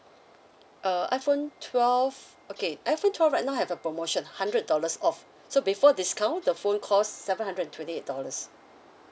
uh iPhone twelve okay iPhone twelve right now have a promotion hundred dollars off so before discount the phone costs seven hundred and twenty eight dollars